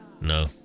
No